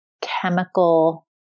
chemical